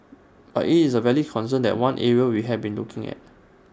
but IT is A valid concern that is one area we have been looking at